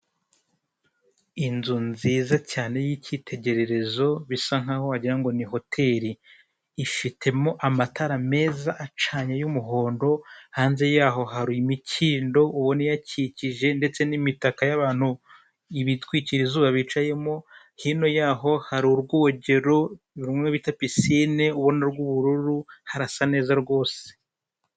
Inzu nziza cyane y'icyitegererezo bisa nkaho wagira ngo ni hoteri. Ifitemo amatara meza acanye y'umuhondo. Hanze yaho hari imikindo ubona iyakikije ndetse n'imitaka y'abantu bitwikira izuba bicayemo. Hino yaho hari urwogero rumwe bita pisine ubona rw'ubururu, harasa neza rwose!